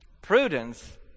Prudence